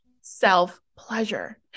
self-pleasure